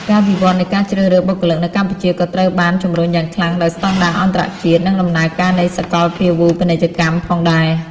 ការវិវត្តន៍នៃការជ្រើសរើសបុគ្គលិកនៅកម្ពុជាក៏ត្រូវបានជំរុញយ៉ាងខ្លាំងដោយស្តង់ដារអន្តរជាតិ និងដំណើរការនៃសាកលភាវូបនីយកម្មផងដែរ។